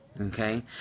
Okay